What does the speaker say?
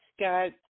Scott